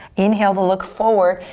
inhale to look forward.